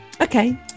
Okay